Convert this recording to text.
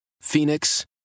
Phoenix